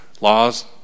laws